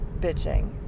bitching